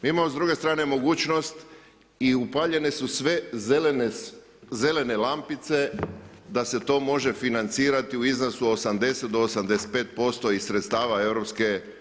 Mi imamo s druge strane mogućnost i upaljene su sve zelene lampice da se to može financirati u iznosu od 80-85% iz sredstava EU.